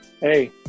Hey